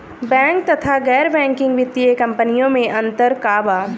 Bank तथा गैर banking वित्तीय कम्पनीयो मे अन्तर का बा?